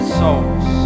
souls